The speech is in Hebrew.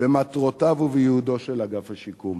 במטרותיו ובייעודו של אגף השיקום,